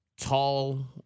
Tall